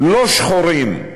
לא שחורים,